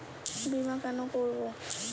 বিমা কেন করব?